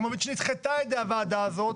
חיימוביץ' ונדחתה על ידי הוועדה הזאת,